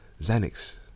Xanax